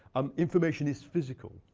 um information is physical.